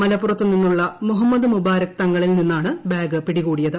മലപ്പുറത്ത് നിന്നുള്ള മുഹമ്മദ് മുബാരക് തങ്ങളിൽ നിന്നാണ് ബാഗ് പിടികൂടിയത്